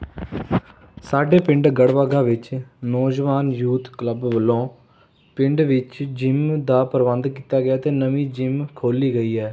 ਸਾਡੇ ਪਿੰਡ ਗੜਬੱਗਾ ਵਿੱਚ ਨੌਜਵਾਨ ਯੂਥ ਕਲੱਬ ਵੱਲੋਂ ਪਿੰਡ ਵਿੱਚ ਜਿਮ ਦਾ ਪ੍ਰਬੰਧ ਕੀਤਾ ਗਿਆ ਅਤੇ ਨਵੀਂ ਜਿਮ ਖੋਲ੍ਹੀ ਗਈ ਹੈ